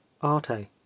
arte